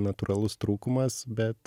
natūralus trūkumas bet